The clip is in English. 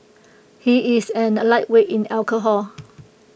he is and A lightweight in alcohol